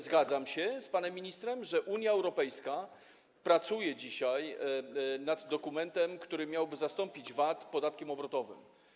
Zgadzam się z panem ministrem, że Unia Europejska pracuje dzisiaj nad dokumentem, który miałby zastąpić VAT podatkiem obrotowym.